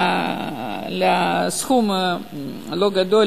סכום לא גדול,